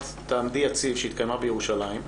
"תעמדי יציב" שהתקיימה בירושלים.